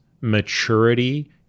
maturity